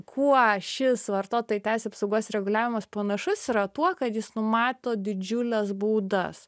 kuo šis vartotojų teisių apsaugos reguliavimas panašus yra tuo kad jis numato didžiules baudas